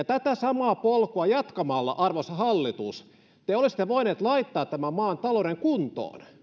tätä samaa polkua jatkamalla arvoisa hallitus te olisitte voineet laittaa tämän maan talouden kuntoon